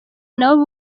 nabo